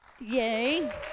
yay